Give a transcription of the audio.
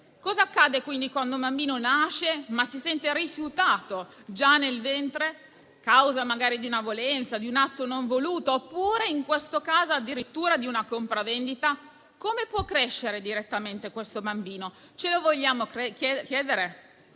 Cosa accade quando un bambino nasce, ma si sente rifiutato già nel ventre, a causa magari di una violenza, di un atto non voluto oppure, in questo caso, addirittura di una compravendita? Come può crescere questo bambino? Ce lo vogliamo chiedere?